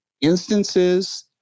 instances